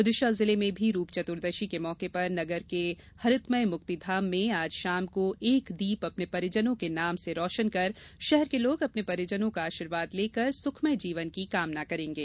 विदिशा जिले में भी रूप चतुर्दशी के मौके पर नगर के हरितमय मुक्तिधाम में आज शाम को एक दीप अपने परिजनों के नाम से रोशन कर शहर के लोग अपने परिजनों का आर्शीवाद लेकर सुखमय जीवन की कामना करेंगे